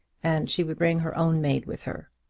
and she would bring her own maid with her.